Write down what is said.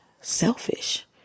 selfish